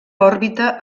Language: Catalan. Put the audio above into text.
òrbita